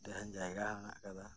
ᱛᱟᱦᱮᱸᱱ ᱡᱟᱭᱜᱟ ᱦᱚᱸ ᱦᱮᱱᱟᱜ ᱠᱟᱫᱟ